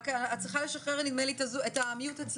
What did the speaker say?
זה הדיון השני, כמדומני, שאנחנו